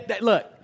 Look